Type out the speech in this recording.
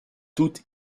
toute